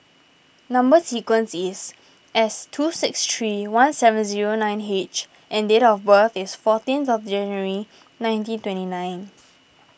Number Sequence is S two six three one seven zero nine H and date of birth is fourteenth January nineteen twenty nine